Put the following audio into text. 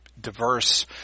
diverse